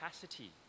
capacity